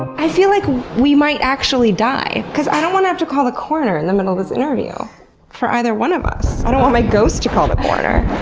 i feel like we might actually die, because i don't want to have to call the coroner in the middle of this interview for either one of us. i don't want my ghost to call the coroner.